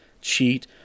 cheat